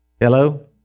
Hello